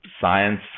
science